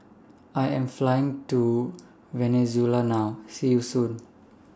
I Am Flying to Venezuela now See YOU Soon